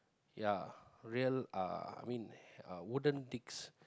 ya real uh I mean uh wooden dicks